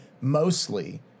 mostly